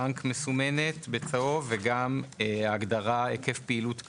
מסומנת בצהוב הגדרה "בנק" ו-"היקף פעילות קטן".